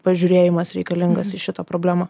pažiūrėjimas reikalingas į šitą problemą